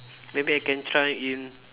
maybe I can try in